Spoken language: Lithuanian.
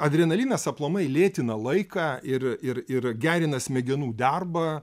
adrenalinas aplamai lėtina laiką ir ir ir gerina smegenų darbą